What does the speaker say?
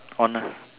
on uh